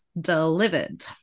delivered